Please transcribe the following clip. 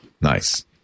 Nice